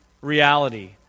reality